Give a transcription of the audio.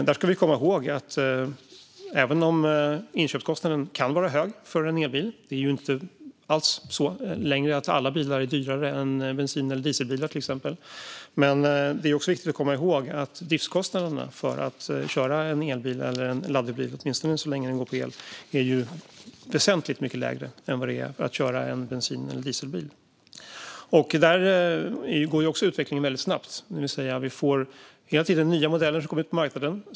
Vi ska komma ihåg att även om inköpskostnaden för en elbil kan vara hög är driftskostnaderna för att köra en elbil eller laddhybrid, åtminstone så länge den går på el, väsentligt mycket lägre än vad de är att köra en bensin eller dieselbil. Alla bilar är dock inte dyrare än till exempel bensin och dieselbilar. Också här går utvecklingen väldigt snabbt. Nya modeller kommer hela tiden ut på marknaden.